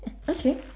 okay